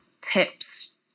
tips